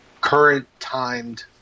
current-timed